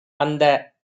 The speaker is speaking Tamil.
அந்த